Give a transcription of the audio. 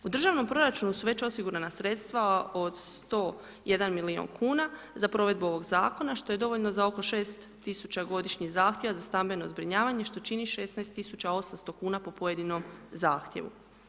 U državnom proračunu su već osigurana sredstva od 101 milijun kuna za provedbu ovoga zakona što je dovoljno za oko 6 tisuće godišnje zahtjeva za stambeno zbrinjavanje što čini 16 tisuća 800 kuna po pojedinom zahtjevu.